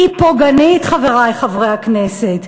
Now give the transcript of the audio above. היא פוגענית, חברי חברי הכנסת.